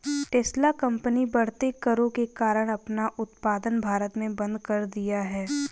Tesla company बढ़ते करों के कारण अपना उत्पादन भारत में बंद कर दिया हैं